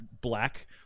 black